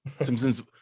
simpsons